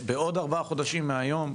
בעוד ארבעה חודשים מהיום?